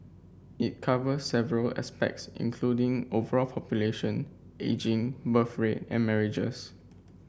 it covers several aspects including overall population ageing birth rate and marriages